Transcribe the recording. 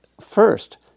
first